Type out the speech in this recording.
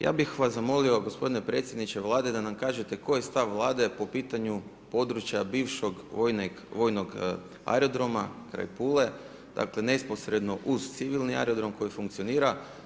Ja bih vas zamolio gospodine predsjedniče Vlade da nam kažete koji je stav Vlade po pitanju područja bivšeg vojnog aerodroma kraj Pule, dakle neposredno uz civilni aerodrom koji funkcionira.